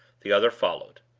the other followed.